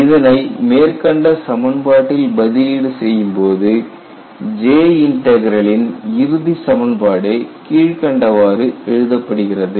இதனை மேற்கண்ட சமன்பாட்டில் பதிலீடு செய்யும்போது J இன்டக்ரலின் இறுதி சமன்பாடு கீழ்கண்டவாறு எழுதப்படுகிறது